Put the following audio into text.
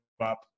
up